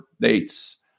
dates